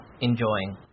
enjoying